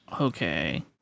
Okay